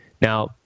Now